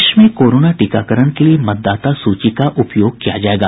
देश में कोरोना टीकाकरण के लिए मतदाता सूची का उपयोग किया जायेगा